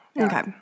Okay